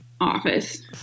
office